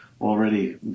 already